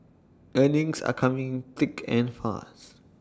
earnings are coming thick and fast